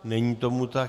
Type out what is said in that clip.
Není tomu tak.